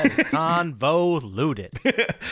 Convoluted